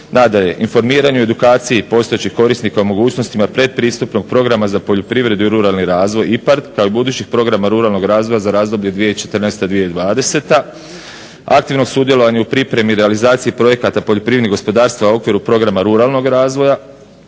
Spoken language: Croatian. Nadalje informiranju i edukaciji postojećih korisnika o mogućnostima predpristupnog programa za poljoprivredu i ruralni razvoj IPARD kao i budućih programa ruralnog razvoja za razdoblje 2014./2020., aktivnog sudjelovanja u pripremi i realizaciji projekata poljoprivrednih gospodarstava u okviru ruralnog razvoja